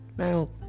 Now